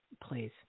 please